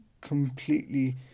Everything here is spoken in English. completely